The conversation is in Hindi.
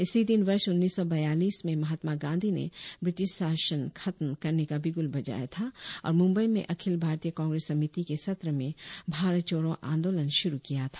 इसी दिन वर्ष उन्नीस सौ बयालीस में महात्मा गांधी ने ब्रिटिश शासन खत्म करने का बिगुल बजाया था और मुंबई में अखिल भारतीय कांग्रेस समिति के सत्र में भारत छोड़ो आंदोलन शुरु किया था